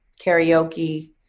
karaoke